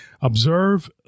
Observe